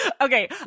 Okay